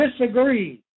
disagree